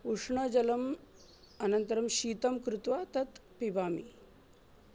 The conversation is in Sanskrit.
उष्णजलम् अनन्तरं शीतं कृत्वा तत् पिबामि